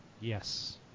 Yes